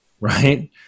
right